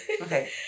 okay